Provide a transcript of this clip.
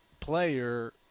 player